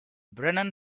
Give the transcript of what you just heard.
brennan